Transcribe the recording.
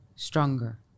stronger